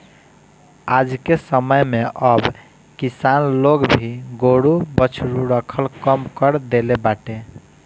आजके समय में अब किसान लोग भी गोरु बछरू रखल कम कर देले बाटे